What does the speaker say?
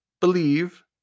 Believe